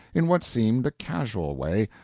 in what seemed a casual way,